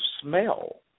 smell